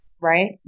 right